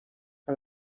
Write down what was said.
que